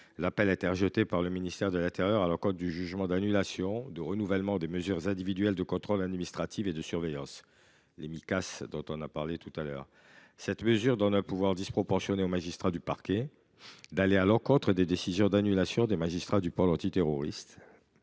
l’appel interjeté par le ministère de l’intérieur à l’encontre du jugement d’annulation de renouvellement des mesures individuelles de contrôle administratif et de surveillance. Cette mesure confère un pouvoir disproportionné aux magistrats du parquet d’aller à l’encontre des décisions d’annulation des magistrats du pôle antiterroriste,